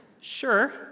Sure